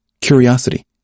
curiosity